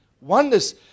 oneness